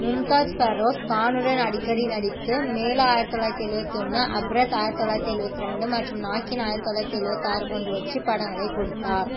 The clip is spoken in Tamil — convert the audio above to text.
மும்தாஜ் ஃபெரோஸ் கானுடன் அடிக்கடி நடித்து மேலா ஆயிரத்தி தொள்ளாயிரத்தி எழுபத்தொன்னு அப்ரத் ஆயிரத்தி தொள்ளாயிரத்தி எழுபத்ரெண்டு மற்றும் நாகின் ஆயிரத்தி தொள்ளாயிரத்தி எழுபத்தாறு போன்ற வெற்றிப் படங்களைக் கொடுத்தார்